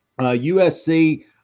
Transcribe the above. USC